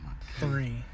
Three